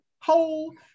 whole